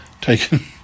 taken